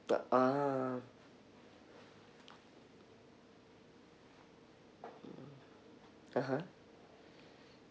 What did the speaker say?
uh ah (uh huh)